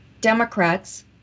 democrats